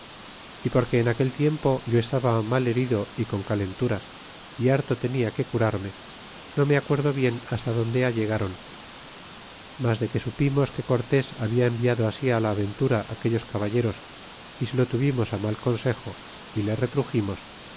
y porque en aquel tiempo yo estaba mal herido y con calenturas y harto tenia que curarme no me acuerdo bien hasta donde allegron mas de que supimos que cortés habia enviado así la ventura aquellos caballeros y se lo tuvimos mal consejo y le retruximos